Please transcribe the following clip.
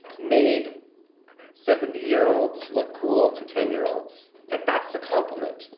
made seventy year olds look cool to ten year olds. like that's a compliment,